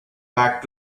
back